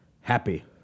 Happy